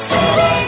City